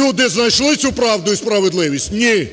Люди знайшли цю правду і справедливість? Ні.